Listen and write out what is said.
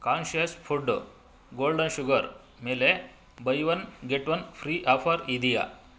conscious food golden sugar ಮೇಲೆ buy one get one free offer ಇದೆಯಾ